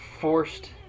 forced